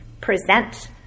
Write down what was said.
present